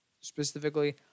specifically